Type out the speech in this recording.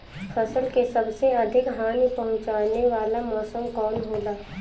फसल के सबसे अधिक हानि पहुंचाने वाला मौसम कौन हो ला?